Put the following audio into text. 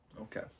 Okay